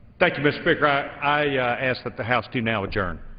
thank you, mr. speaker. i i ask that the house do now adjourn.